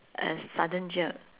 a sudden jerk